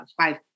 five